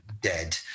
dead